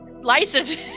license